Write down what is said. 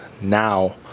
now